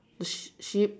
the the sheep